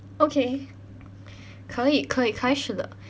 okay 可以可以开始了